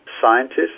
scientists